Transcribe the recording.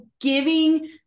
giving